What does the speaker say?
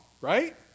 Right